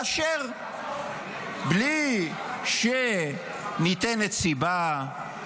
בלי שניתנת סיבה,